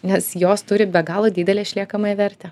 nes jos turi be galo didelę išliekamąją vertę